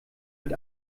mit